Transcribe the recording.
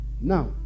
now